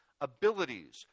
abilities